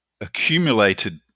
accumulated